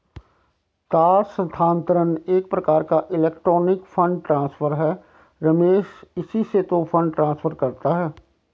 तार स्थानांतरण एक प्रकार का इलेक्ट्रोनिक फण्ड ट्रांसफर है रमेश इसी से तो फंड ट्रांसफर करता है